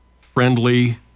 friendly